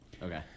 Okay